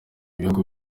bihugu